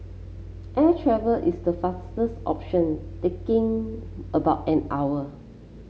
air travel is the fastest option taking about an hour